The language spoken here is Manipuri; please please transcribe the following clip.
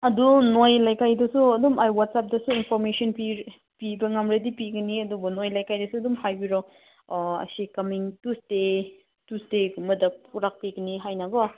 ꯑꯗꯨ ꯅꯣꯏ ꯂꯩꯀꯥꯏꯗꯁꯨ ꯑꯗꯨꯝ ꯑꯩ ꯋꯥꯆꯞꯇꯁꯨ ꯏꯟꯐꯣꯔꯃꯦꯁꯟ ꯄꯤꯕ ꯉꯝꯂꯗꯤ ꯄꯤꯒꯅꯤ ꯑꯗꯨꯕꯨ ꯅꯣꯏ ꯂꯩꯀꯥꯏꯗꯁꯨ ꯑꯗꯨꯃ ꯍꯥꯏꯕꯤꯔꯣ ꯑꯁꯤ ꯀꯝꯃꯤꯡ ꯇ꯭ꯋꯤꯁꯗꯦ ꯇ꯭ꯋꯤꯁꯗꯦꯒꯨꯝꯕꯗ ꯄꯨꯔꯛꯄꯤꯒꯅꯤ ꯍꯥꯏꯅꯀꯣ